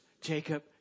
Jacob